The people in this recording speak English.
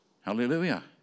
hallelujah